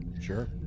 sure